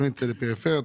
תוכנית לפריפריה,